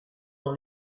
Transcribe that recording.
dans